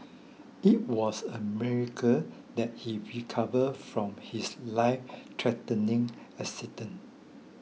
it was a miracle that he recover from his life threatening accident